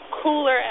Cooler